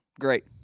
Great